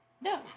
No